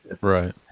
Right